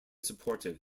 supportive